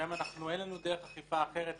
כשהיום אין לנו דרך אכיפה אחרת,